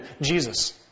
Jesus